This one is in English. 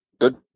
good